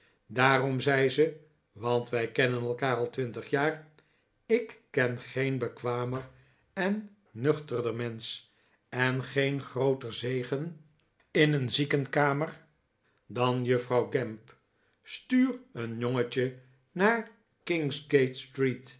daarom zei ze f want wij kennen elkaar al twintig jaar k ken geen bekwamer en nuchterder mensch en geen grootef zegsn in een ziekenkamer dan juffrouw gamp stuur een jongetje naar